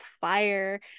fire